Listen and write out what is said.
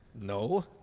no